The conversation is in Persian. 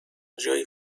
جایی